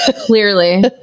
Clearly